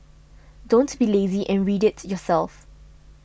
don't be lazy and read it yourself